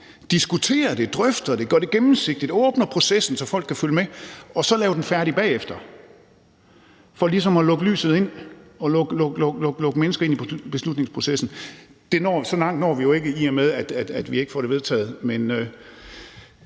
diskuterer det, drøfter det, gør det gennemsigtigt, åbner processen, så folk kan følge med, og så laver den færdig bagefter for ligesom at lukke lyset ind og lukke mennesker ind i beslutningsprocessen. Så langt når vi jo ikke, i og med at vi ikke får det vedtaget,